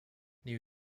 new